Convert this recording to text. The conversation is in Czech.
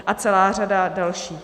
A celá řada dalších.